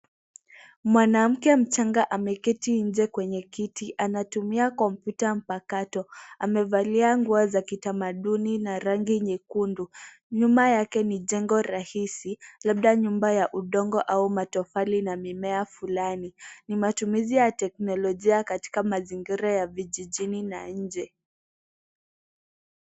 Mwanamke mchanga ameketi nje kwenye kiti . Anatumia kompyuta mpakato . Amevalia nguo za kitamaduni na rangi nyekundu . Nyuma yake ni jengo rahisi , labda nyumba ya udongo au matofali na mimea fulani. Ni matumizi ya teknolojia katika mazingira ya vijijini na nje.